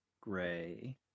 gray